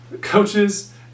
coaches